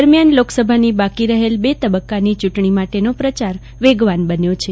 દરમ્યાન લોક સભાની બાકી રહેલ બે તબક્કાની યુંટણી માટેનો પ્રચાર વેગવાન બન્યો છે